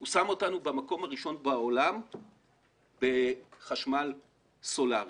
הוא שם אותנו במקום הראשון בעולם בחשמל סולרי.